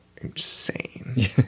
insane